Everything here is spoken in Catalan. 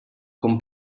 com